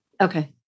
Okay